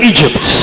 Egypt